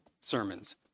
sermons